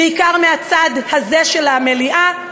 ובעיקר מהצד הזה של המליאה,